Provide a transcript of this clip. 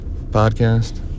podcast